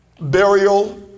burial